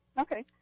Okay